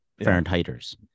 Fahrenheiters